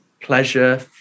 pleasure